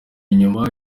inyuma